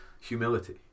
humility